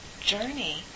journey